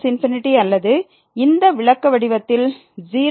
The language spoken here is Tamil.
∞−∞ அல்லது இந்த விளக்கவடிவத்தில் 0 0